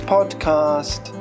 Podcast